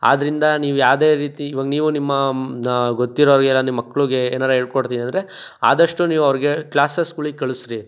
ಆದ್ರಿಂದ ನೀವು ಯಾವುದೇ ರೀತಿ ಇವಾಗ ನೀವು ನಿಮ್ಮ ಗೊತ್ತಿರೋರಿಗೆ ಇಲ್ಲ ನಿಮ್ಮ ಮಕ್ಳಿಗೆ ಏನಾರ ಹೇಳ್ಕೊಡ್ತಿನಂದ್ರೆ ಆದಷ್ಟು ನೀವು ಅವರಿಗೆ ಕ್ಲಾಸಸ್ಗಳಿಗ್ ಕಳುಹಿಸ್ರಿ